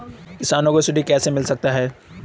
किसानों को ऋण कैसे मिल सकता है?